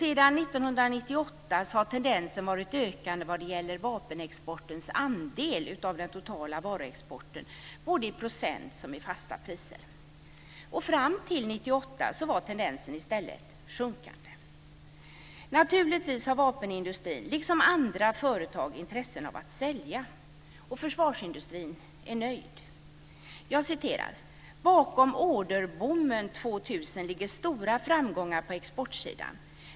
Sedan år 1998 har tendensen varit ökande vad gäller vapenexportens andel av den totala varuexporten både i procent och i fasta priser. Fram till år 1998 var tendensen i stället sjunkande. Naturligtvis har vapenindustrin liksom andra företag intresse av att sälja. Försvarsindustrin är nöjd. Man säger: "Bakom orderboomen 2000 ligger stora framgångar på exportsidan.